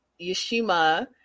Yoshima